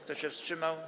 Kto się wstrzymał?